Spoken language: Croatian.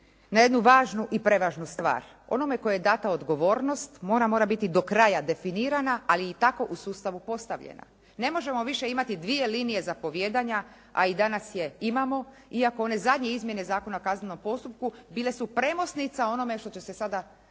na jednu važnu i prevažnu stvar. Onome kome je dana odgovornost ona mora biti do kraja definirana ali i tako u sustavu postavljena. Ne možemo više imati dvije linije zapovijedanja a i danas je imamo iako one zadnje izmjene Zakona o kaznenom postupku bile su premosnica onome što će se sada